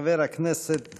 חבר הכנסת